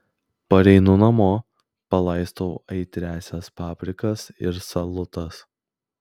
pareinu namo palaistau aitriąsias paprikas ir salotas